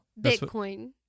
Bitcoin